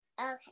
okay